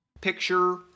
picture